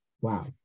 wow